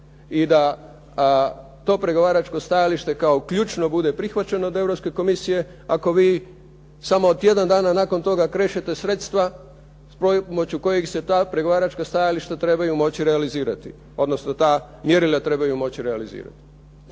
i da to pregovaračko stajalište kao ključno bude prihvaćeno od Europske komisije ako vi samo tjedan dana nakon toga krešete sredstva s pomoću kojih se ta pregovaračka stajališta trebaju moći realizirati, odnosno ta mjerila trebaju moći realizirati.